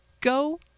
Go